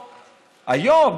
היום,